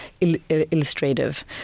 illustrative